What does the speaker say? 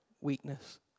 weakness